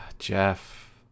Jeff